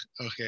Okay